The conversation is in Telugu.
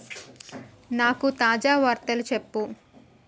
నాకు తాజావార్తలు చెప్పు